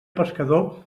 pescador